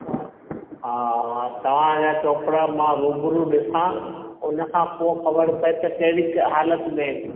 हा हा हा तव्हांजा चोपड़ा मां रूबरू ॾिसां उनखां पोइ ख़बर पए त कहिड़ी क हालत में आहिनि